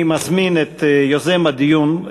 אני מזמין את יוזם הדיון,